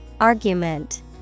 Argument